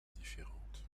différente